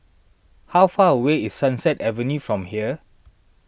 how far away is Sunset Avenue from here